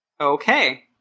Okay